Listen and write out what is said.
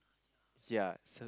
yeah